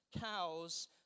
cows